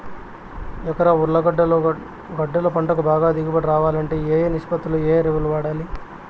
ఎకరా ఉర్లగడ్డలు గడ్డలు పంటకు బాగా దిగుబడి రావాలంటే ఏ ఏ నిష్పత్తిలో ఏ ఎరువులు వాడాలి?